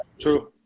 true